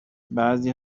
بعضی